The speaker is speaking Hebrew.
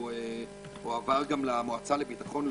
ועבר גם למועצה לביטחון לאומי,